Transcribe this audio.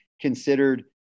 considered